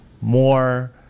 more